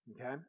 Okay